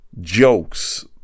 jokes